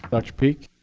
dr. peak?